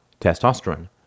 testosterone